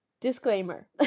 disclaimer